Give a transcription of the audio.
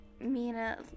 Mina